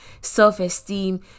self-esteem